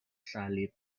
sali